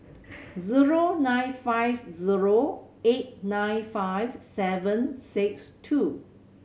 zero nine five zero eight nine five seven six two